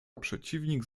przeciwnik